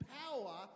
power